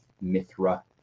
Mithra